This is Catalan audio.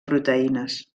proteïnes